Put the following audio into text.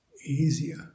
easier